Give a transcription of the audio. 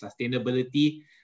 sustainability